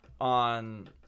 on